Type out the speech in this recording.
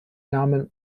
namen